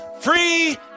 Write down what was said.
free